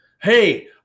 Hey